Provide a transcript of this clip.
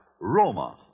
Roma